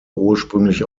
ursprünglich